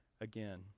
again